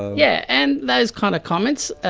yeah and those kind of comments,